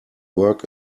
work